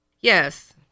Yes